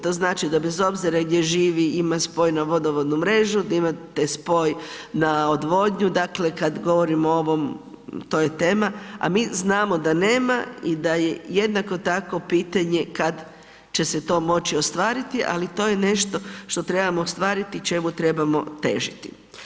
To znači da bez obzira gdje živi, ima spoj na vodovodnu mrežu, da imate spoj na odvodnju, dakle, kad govorimo o ovom, to je tema, a mi znamo da nema i da je jednako tako pitanje kad će se to moći ostvariti, ali to je nešto što trebamo ostvariti i čemu trebamo težiti.